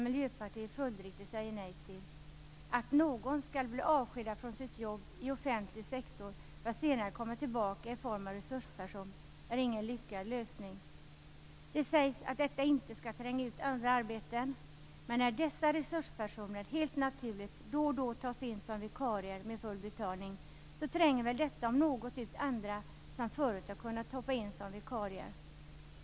Följdriktigt säger Miljöpartiet nej till detta. Att någon skall bli avskedad från sitt jobb i offentlig sektor för att senare komma tillbaka som resursperson är ingen lyckad lösning. Det sägs att detta inte skall tränga ut andra arbeten, men resurspersonerna kommer helt naturligt då och då att tas in som vikarier med full betalning, och detta om något tränger ut sådana som tidigare har kunnat träda in som vikarier.